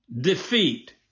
defeat